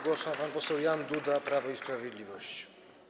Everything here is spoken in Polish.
Głos ma pan poseł Jan Duda, Prawo i Sprawiedliwość.